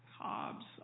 Hobbes